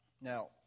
Now